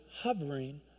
hovering